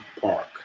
Park